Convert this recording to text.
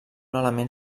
element